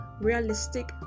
realistic